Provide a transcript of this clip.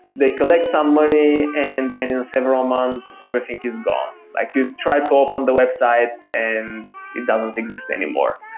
they collect some money and then in several months, everything is gone. like you try to open the website and it doesn't exist anymore,